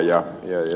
täällä ed